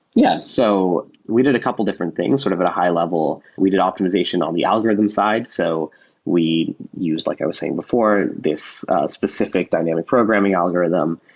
yeah. so we did a couple different things sort of at a high-level. we did optimization on the algorithm side. so we used, like i was saying before, this specific dynamic programming algorithm,